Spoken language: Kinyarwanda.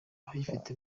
abayifite